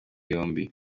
yombi